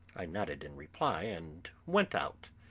i nodded in reply and went out.